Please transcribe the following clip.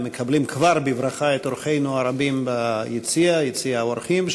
אנחנו מקבלים כבר בברכה את אורחינו הרבים ביציע האורחים,